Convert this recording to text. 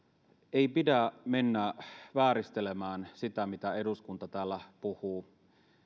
ei pidä mennä vääristelemään sitä mitä eduskunta täällä puhuu